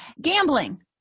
Gambling